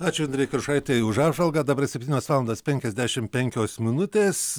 ačiū indrei kiršaitei už apžvalgą dabar septynios valandos penkiasdešim penkios minutės